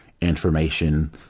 information